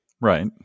Right